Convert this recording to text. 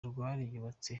rwariyubatse